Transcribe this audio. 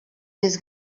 més